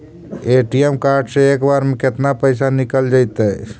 ATM card से एक बार में केतना पैसा निकल जइतै?